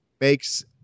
Makes